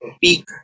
peak